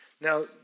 Now